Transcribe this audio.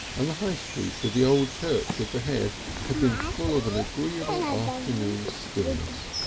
and the high street with the old church at the head had been full of an agreeable afternoon stillness.